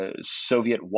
Soviet